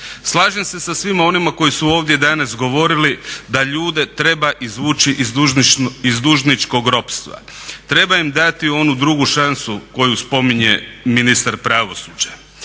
Slažem se sa svima onima koji su ovdje danas govorili da ljude treba izvući iz dužničkog ropstva. Treba im dati onu drugu šansu koju spominje ministar pravosuđa.